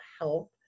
help